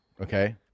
Okay